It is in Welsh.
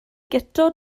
guto